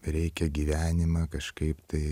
reikia gyvenimą kažkaip tai